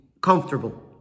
comfortable